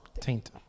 Taint